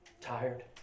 tired